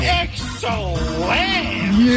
excellent